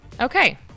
Okay